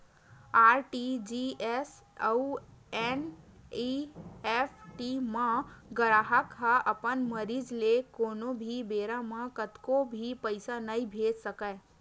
RTGS अउ NEFT म गराहक ह अपन मरजी ले कोनो भी बेरा म कतको भी पइसा नइ भेज सकय